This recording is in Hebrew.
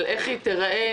איך היא תיראה,